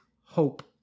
hope